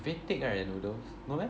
very thick right the noodles no meh